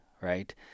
right